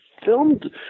filmed